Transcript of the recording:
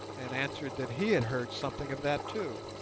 and answered that he had heard something of that, too.